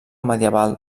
medieval